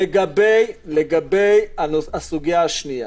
לגבי הסוגיה השנייה,